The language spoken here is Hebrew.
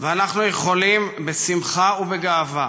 ואנחנו יכולים בשמחה ובגאווה